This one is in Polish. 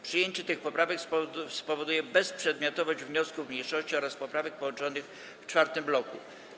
Przyjęcie tych poprawek spowoduje bezprzedmiotowość wniosków mniejszości oraz poprawek połączonych w czwartym bloku.